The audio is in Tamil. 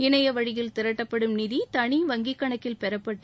இனைய வழியில் திரட்டப்படும் நிதி தனி வங்கிக் கணக்கில் பெறப்பட்டு